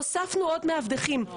הוספנו עוד מאבטחים.